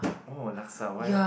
oh laksa why